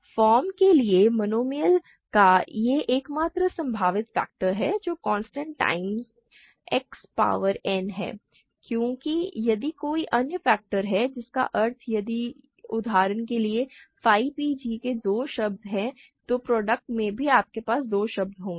form के एक monomial का यह एकमात्र संभावित फैक्टर है जो constant times X power n है क्योंकि यदि कोई अन्य फैक्टर है जिसका अर्थ है यदि उदाहरण के लिए phi p g में दो शब्द हैं तो प्रॉडक्ट में भी आपके पास दो शब्द होंगे